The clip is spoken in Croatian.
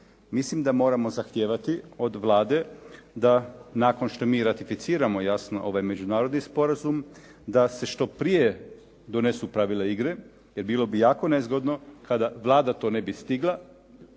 Mislim da moramo zahtijevati od Vlade da nakon što mi ratificiramo jasno ovaj međunarodni sporazum, da se što prije donesu pravila igre, jer bilo bi jako nezgodno kada Vlada to ne bi stigla,